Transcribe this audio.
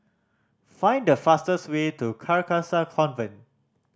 find the fastest way to Carcasa Convent